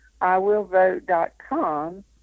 iwillvote.com